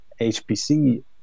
HPC